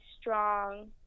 strong